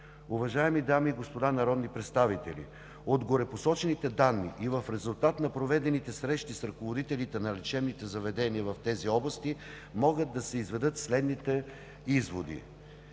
Уважаеми дами и господа народни представители, от горепосочените данни и в резултат на проведените срещи с ръководителите на лечебните заведения в тези области могат да се изведат следните изводи: